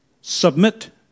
Submit